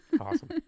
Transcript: Awesome